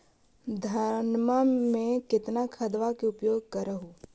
धानमा मे कितना खदबा के उपयोग कर हू?